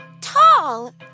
tall